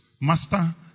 Master